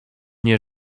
nie